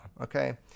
Okay